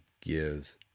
gives